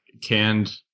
canned